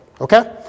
Okay